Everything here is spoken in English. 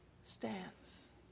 stance